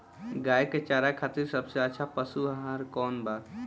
गाय के चारा खातिर सबसे अच्छा पशु आहार कौन बा?